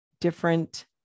different